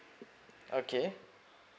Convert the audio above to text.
okay